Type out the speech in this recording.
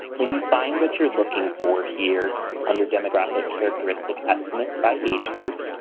when you find what you're looking for here under demographic characteristic estimates by age group,